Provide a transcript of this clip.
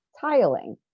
tiling